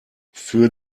für